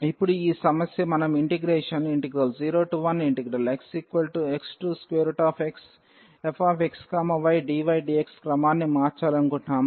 ఇప్పుడు ఈ సమస్య మనం ఇంటిగ్రేషన్ 01xxfxydydx క్రమాన్ని మార్చాలనుకుంటున్నాము